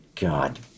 God